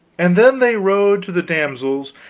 and then they rode to the damsels,